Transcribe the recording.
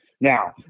now